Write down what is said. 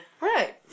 Right